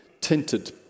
tinted